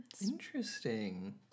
Interesting